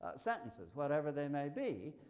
ah sentences, whatever they may be.